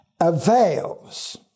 avails